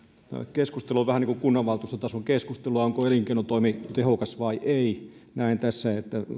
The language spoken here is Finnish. on vähän niin kuin kunnanvaltuustotason keskustelua onko elinkeinotoimi tehokas vai ei näen tässä että